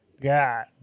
God